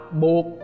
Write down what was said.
buộc